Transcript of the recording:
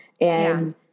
and-